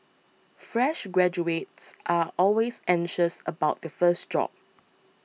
fresh graduates are always anxious about the first job